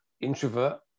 introvert